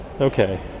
Okay